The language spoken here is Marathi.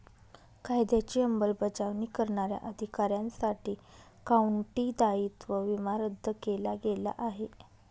कायद्याची अंमलबजावणी करणाऱ्या अधिकाऱ्यांसाठी काउंटी दायित्व विमा रद्द केला गेला आहे